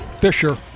Fisher